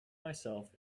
myself